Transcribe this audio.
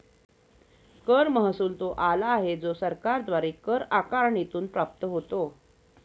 कर महसुल तो आला आहे जो सरकारद्वारे कर आकारणीतून प्राप्त होतो